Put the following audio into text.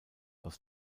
aus